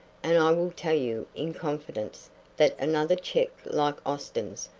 and i will tell you in confidence that another check like austin's,